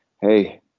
hey